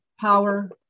Power